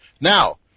Now